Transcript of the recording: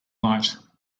light